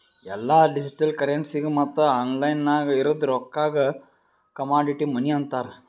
ಎಲ್ಲಾ ಡಿಜಿಟಲ್ ಕರೆನ್ಸಿಗ ಮತ್ತ ಆನ್ಲೈನ್ ನಾಗ್ ಇರದ್ ರೊಕ್ಕಾಗ ಕಮಾಡಿಟಿ ಮನಿ ಅಂತಾರ್